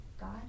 God